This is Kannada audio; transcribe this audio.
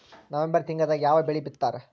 ನವೆಂಬರ್ ತಿಂಗಳದಾಗ ಯಾವ ಬೆಳಿ ಬಿತ್ತತಾರ?